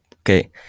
Okay